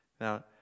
Now